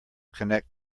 connect